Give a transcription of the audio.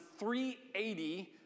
380